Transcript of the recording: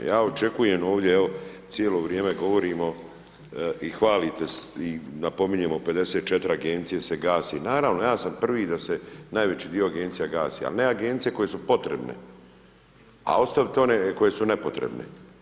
Ja očekujem ovdje, evo, cijelo vrijeme govorimo i napominjemo 54 Agencije se gasi, naravno, ja sam prvi da se najveći dio Agencija gasi, ali ne Agencije koje su potrebne, a ostaviti one koje su nepotrebne.